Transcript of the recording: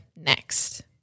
next